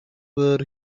where